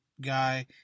guy